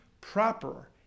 proper